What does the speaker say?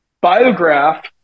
biograph